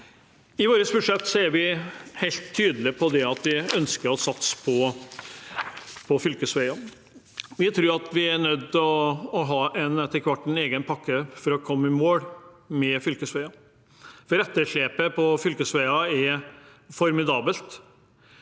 I vårt budsjett er vi helt tydelige på at vi ønsker å satse på fylkesveiene. Vi tror at vi etter hvert er nødt til å ha en egen pakke for å komme i mål med fylkesveier, for etterslepet på fylkesveier er formidabelt.